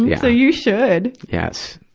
yeah so you should. yes,